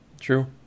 True